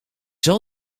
zal